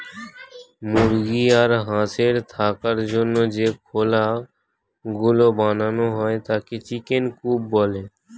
মুরগি আর হাঁসের থাকার জন্য যে খোলা গুলো বানানো হয় তাকে চিকেন কূপ বলে